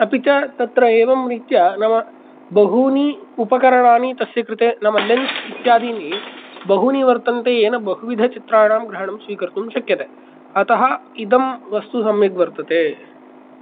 अपि च तत्र एवं रीत्या नाम बहूनि उपकरणानि तस्य कृते नाम लेन्स् इत्यादीनि बहूनि वर्तन्ते येन बहुविधः चित्राणां ग्रहणं स्वीकर्तुं शक्यते अतः इदं वस्तुसम्यक् वर्तते